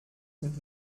sind